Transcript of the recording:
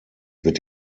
wird